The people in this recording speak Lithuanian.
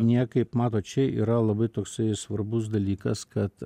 niekaip matot čia yra labai toksai svarbus dalykas kad